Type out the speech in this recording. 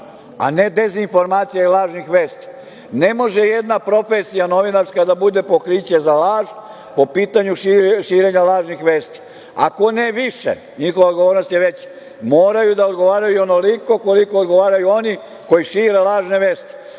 a ne dezinformacija i lažnih vesti. Ne može jedna novinarska profesija da bude pokriće za laž po pitanju širenja lažnih vesti. Ako ne više, njihova odgovornost je veća, moraju da odgovaraju onoliko koliko odgovaraju oni koji šire lažne vesti.